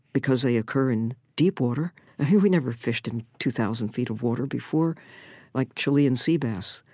because they occur in deep water we never fished in two thousand feet of water before like chilean sea bass,